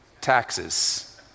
taxes